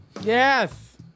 Yes